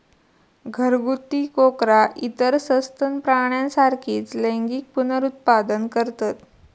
घरगुती कोकरा इतर सस्तन प्राण्यांसारखीच लैंगिक पुनरुत्पादन करतत